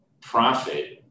profit